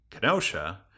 Kenosha